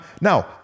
Now